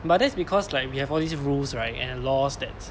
but that's because like we have all these rules right and laws that